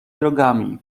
drogami